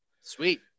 sweet